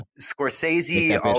scorsese